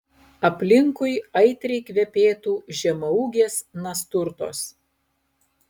aplinkui aitriai kvepėtų žemaūgės nasturtos